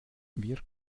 wir